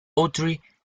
audrey